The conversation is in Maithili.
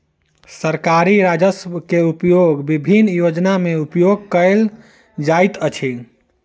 सरकारी राजस्व के उपयोग विभिन्न योजना में उपयोग कयल जाइत अछि